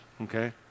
okay